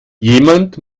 jemand